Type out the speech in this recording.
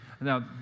Now